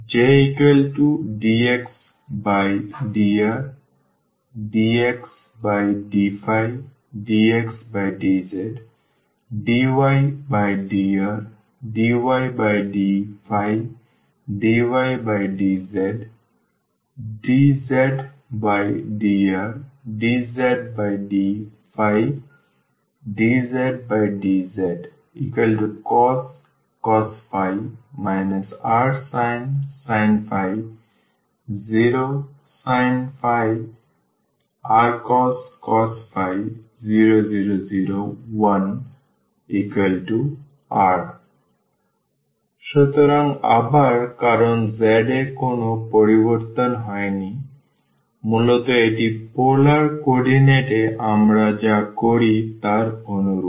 J∂x∂r ∂x∂ϕ ∂x∂z ∂y∂r ∂y∂ϕ ∂y∂z ∂z∂r ∂z∂ϕ ∂z∂z cos rsin 0 sin rcos 0 0 0 1 r সুতরাং আবার কারন z এ কোনও পরিবর্তন হয়নি সুতরাং মূলত এটি পোলার কোঅর্ডিনেট এ আমরা যা করি তার অনুরূপ